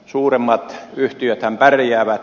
suuremmat yhtiöthän pärjäävät